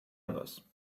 others